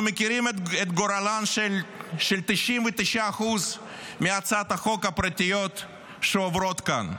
אנחנו מכירים את גורלן של 99% מהצעות החוק הפרטיות שעוברות כאן,